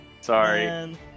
Sorry